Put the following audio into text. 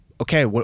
Okay